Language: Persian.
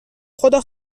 خدا